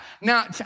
Now